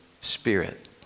Spirit